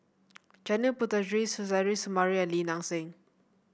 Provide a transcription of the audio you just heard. Janil Puthucheary Suzairhe Sumari and Lim Nang Seng